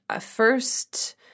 first